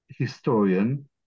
historian